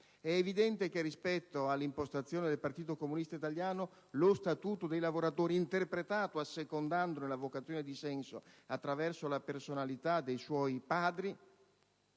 È evidente che, rispetto all'impostazione del Partito Comunista Italiano, lo Statuto dei lavoratori fu interpretato assecondandone la vocazione di senso attraverso la personalità dei suoi padri.